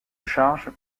charge